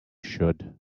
should